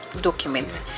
documents